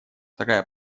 такая